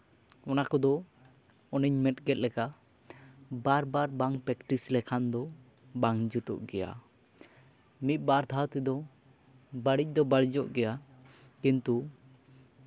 ᱚᱱᱟ ᱠᱚᱫᱚ ᱚᱱᱮᱧ ᱢᱮᱱ ᱠᱮᱫ ᱞᱮᱠᱟ ᱵᱟᱨ ᱵᱟᱨ ᱵᱟᱝ ᱯᱨᱮᱠᱴᱤᱥ ᱞᱮᱠᱷᱟᱱ ᱫᱚ ᱵᱟᱝ ᱡᱩᱛᱩᱜ ᱜᱮᱭᱟ ᱢᱤᱫ ᱵᱟᱨ ᱫᱷᱟᱶ ᱛᱮᱫᱚ ᱵᱟᱹᱲᱤᱡᱽ ᱫᱚ ᱵᱟᱹᱲᱤᱡᱚᱜ ᱜᱮᱭᱟ ᱠᱤᱱᱛᱩ